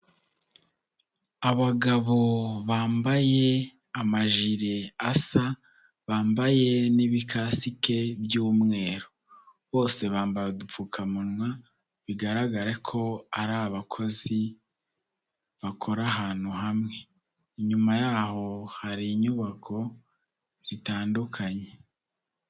Abagabo bambaye amajire asa, bambaye n'ibikasike by'umweru. Bose bambaye udupfukamunwa bigaragare ko ari abakozi bakora ahantu hamwe. Inyuma yaho hari inyubako zitandukanye.